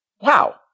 Wow